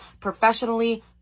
professionally